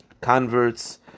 converts